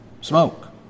Smoke